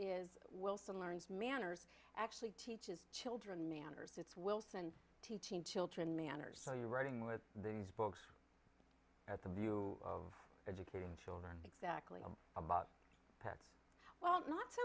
is wilson learns manners actually teaches children manners it's wilson teaching children manners so you're writing with these books at the view of educating children exactly a bot well not so